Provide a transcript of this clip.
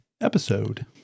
episode